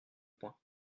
point